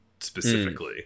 specifically